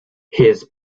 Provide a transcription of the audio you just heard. his